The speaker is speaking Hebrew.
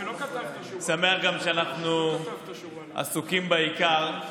אני שמח גם שאנחנו עסוקים בעיקר.